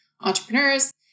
Entrepreneurs